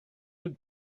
had